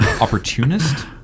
Opportunist